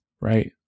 right